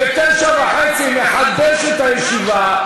ב-21:30 נחדש את הישיבה.